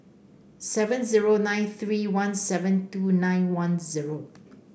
seven zero nine three one seven two nine one zero